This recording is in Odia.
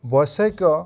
ବୈଷୟିକ